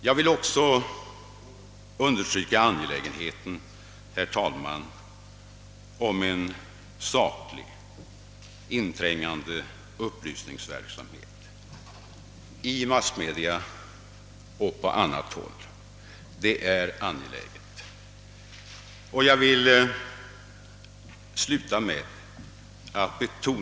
Jag vill också framhålla angelägenheten, herr talman, av en saklig, inträngande upplysningsverksamhet i massmedia och på annat sätt. Det är angeläget.